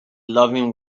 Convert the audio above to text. loving